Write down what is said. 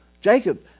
Jacob